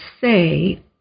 say